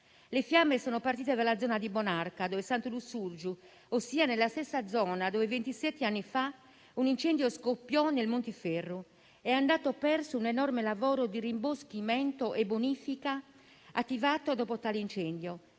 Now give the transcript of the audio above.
Le fiamme sono partite dalla zona di Bonarcado e Santu Lussurgiu, ossia nella stessa zona dove ventisette anni fa un incendio scoppiò nel Montiferru. È andato perso un enorme lavoro di rimboschimento e bonifica, attivato dopo tale incendio.